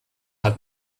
hat